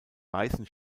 weißen